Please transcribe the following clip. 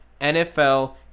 NFL